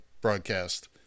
broadcast